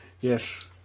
Yes